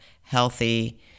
healthy